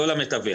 לא למתווך.